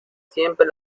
siempre